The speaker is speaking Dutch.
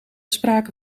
sprake